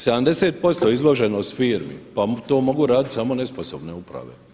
70% izloženost firmi, pa to mogu raditi samo nesposobne uprave.